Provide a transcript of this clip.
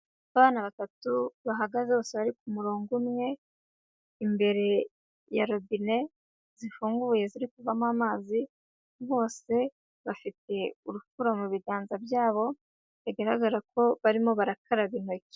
Abana batatu bahagaze bose bari ku murongo umwe imbere ya robine zifunguye ziri kuvamo amazi, bose bafite urufuro mu biganza byabo bigaragara ko barimo barakaraba intoki.